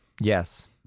Yes